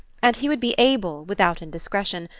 and he would be able, without indiscretion,